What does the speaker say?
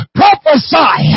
prophesy